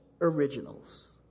originals